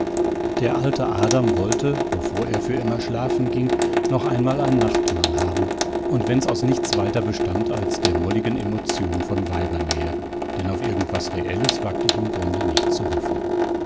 der alte adam wollte bevor er für immer schlafen ging noch einmal ein nachtmahl haben und wenn's aus nichts weiter bestand als der molligen emotion von weibernähe denn auf irgend was reelles wagt ich im grunde nicht zu hoffen